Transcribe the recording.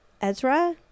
Ezra